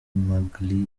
magaly